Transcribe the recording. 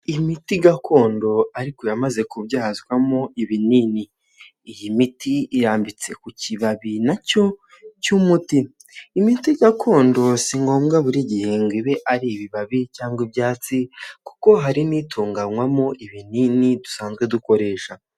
Imiti gakondo ariko yamaze kubyazwamo ibinini, iyi mitiyambitse ku kibabi nacyo cy'umu miti; gakondo si ngombwa buri gihembwe ngo ibe ari ibibabi cyangwa ibyatsi kuko hari n'itunganywamo ibinini dusanzwe dukoresha.